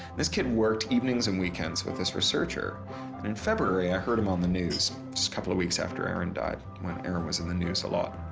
this kid worked evenings and weekends with this researcher and in feburary i heard him on the news. just couple of weeks after aaron died, when aaron was in the news a lot.